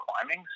climbing